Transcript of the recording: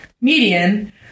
median